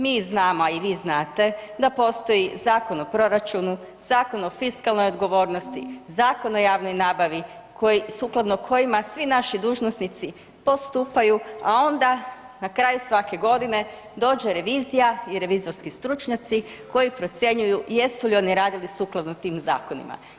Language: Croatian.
Mi znamo, a i vi znate da postoji Zakon o proračunu, Zakon o fiskalnoj odgovornosti, Zakon o javnoj nabavi koji, sukladno kojima svi naši dužnosnici postupaju, a onda na kraju svake godine dođe revizija i revizorski stručnjaci koji procjenjuju jesu li oni radili sukladno tim zakonima.